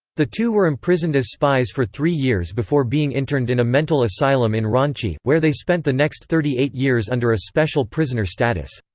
the two were imprisoned as spies for three years before being interned in a mental asylum in ranchi, where they spent the next thirty eight years under a special prisoner status.